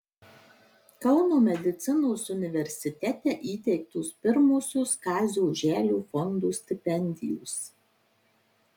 kauno medicinos universitete įteiktos pirmosios kazio oželio fondo stipendijos